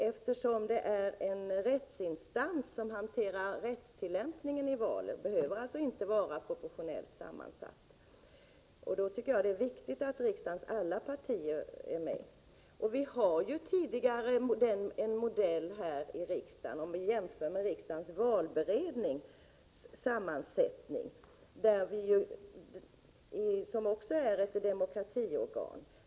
Eftersom valprövningsnämnden är en rättsinstans som hanterar rättstillämpningen i valen, behöver den inte vara proportionellt sammansatt. Då tycker jag att det är viktigt att riksdagens alla partier är med. Vi har ju tidigare här i riksdagen en modell för sammansättningen av sådana organ — jag tänker på riksdagens valberedning, som också är ett demokratiorgan.